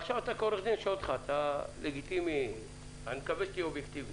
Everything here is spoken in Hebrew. כעורך דין אני רוצה לשאול אותך, וגם "לא יודע"